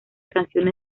canciones